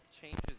changes